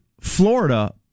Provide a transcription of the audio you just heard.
Florida